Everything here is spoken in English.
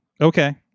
Okay